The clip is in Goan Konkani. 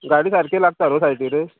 गाडी सारकी लागता न्हू सायटीर